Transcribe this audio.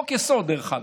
חוק-יסוד, דרך אגב?